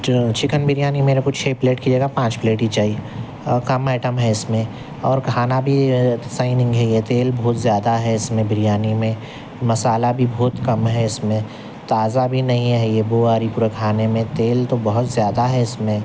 chicken biryani میرے کو چھے پلیٹ کی جگہ پانچ پلیٹ ہی چاہیے اور کم آئٹم ہے اس میں اور کھانا بھی سہی نہیں ہے یہ تیل بہت زیادہ ہے اس میں بریانی میں مصالحہ بھی بہت کم ہے اس میں تازہ بھی نہیں ہے یہ بو آ رہی پورے کھانے میں تیل تو بہت زیادہ ہے اس میں